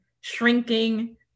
shrinking